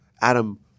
Adam